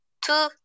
two